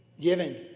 given